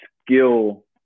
skill